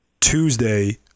Tuesday